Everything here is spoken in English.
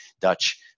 Dutch